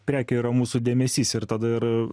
prekė yra mūsų dėmesys ir tada ir